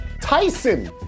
Tyson